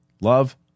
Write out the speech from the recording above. Love